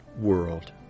world